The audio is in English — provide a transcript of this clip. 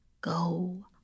go